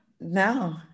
No